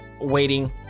waiting